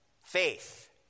Faith